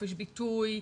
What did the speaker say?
חופש ביטוי,